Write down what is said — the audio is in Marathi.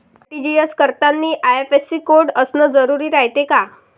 आर.टी.जी.एस करतांनी आय.एफ.एस.सी कोड असन जरुरी रायते का?